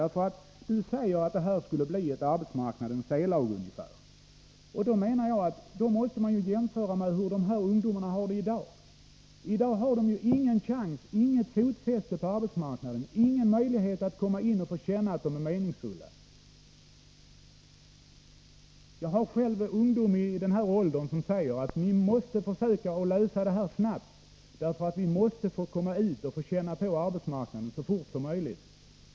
Jörn Svensson säger att det här skulle skapas något som ungefär kan betecknas som arbetsmarknadens C-lag. Jag menar att man måste jämföra med hur de ungdomar det gäller har det ställt i dag. De har nu inget fotfäste på arbetsmarknaden, ingen möjlighet att komma in och känna att de gör något meningsfullt. Jag har själv en flicka i den aktuella åldern som säger: Ni måste försöka att lösa den här frågan snabbt, så att vi kan komma ut och känna på förhållandena på arbetsmarknaden så fort som möjligt.